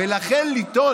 ולכן, לטעון